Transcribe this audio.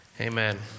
amen